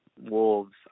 Wolves